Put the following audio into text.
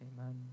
Amen